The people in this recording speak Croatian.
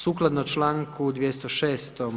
Sukladno članku 206.